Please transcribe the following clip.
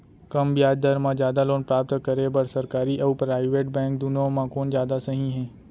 कम ब्याज दर मा जादा लोन प्राप्त करे बर, सरकारी अऊ प्राइवेट बैंक दुनो मा कोन जादा सही हे?